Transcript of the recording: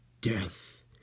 death